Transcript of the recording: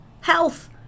health